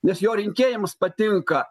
nes jo rinkėjams patinka